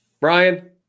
Brian